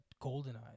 Goldeneye